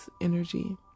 energy